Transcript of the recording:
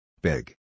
Big